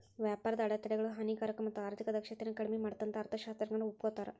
ವ್ಯಾಪಾರದ ಅಡೆತಡೆಗಳು ಹಾನಿಕಾರಕ ಮತ್ತ ಆರ್ಥಿಕ ದಕ್ಷತೆನ ಕಡ್ಮಿ ಮಾಡತ್ತಂತ ಅರ್ಥಶಾಸ್ತ್ರಜ್ಞರು ಒಪ್ಕೋತಾರ